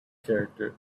character